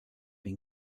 been